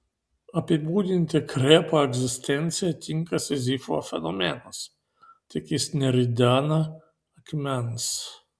apibūdinti krepo egzistenciją tinka sizifo fenomenas tik jis neridena akmens